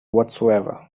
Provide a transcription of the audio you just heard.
whatsoever